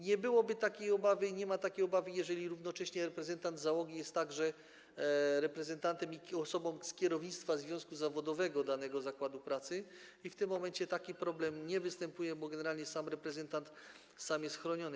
Nie byłoby takiej obawy i nie ma takiej obawy, jeżeli równocześnie reprezentant załogi jest także reprezentantem i osobą z kierownictwa związku zawodowego danego zakładu pracy - w tym momencie taki problem nie występuje, bo generalnie reprezentant sam jest chroniony.